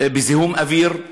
בזיהום אוויר,